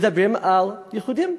מדברים על ייחודיים.